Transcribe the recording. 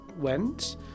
went